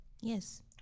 Yes